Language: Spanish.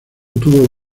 tuvo